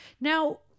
now